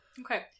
okay